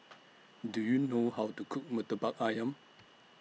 Do YOU know How to Cook Murtabak Ayam